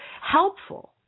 helpful